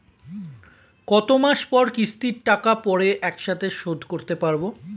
কত মাস পর কিস্তির টাকা পড়ে একসাথে শোধ করতে পারবো?